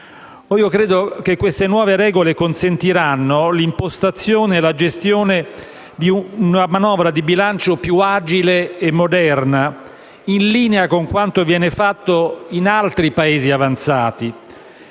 di bilancio. Queste nuove regole consentiranno l'impostazione e la gestione di una manovra di bilancio più agile e moderna, in linea con quanto viene fatto in altri Paesi avanzati,